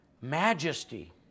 majesty